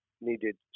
needed